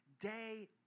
day